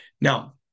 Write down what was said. Now